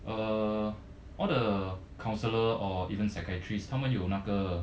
err all the counsellor or even psychiatrist 他们有那个